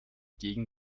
gegen